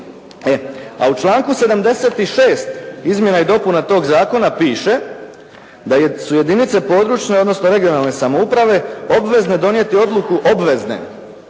a u članku 76. izmjena i dopuna tog zakona piše da su jedinice područne, odnosno regionalne samouprave obvezne donijeti odluku, obvezne